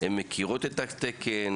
הן מכירות את התקן,